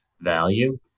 value